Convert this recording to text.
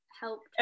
helped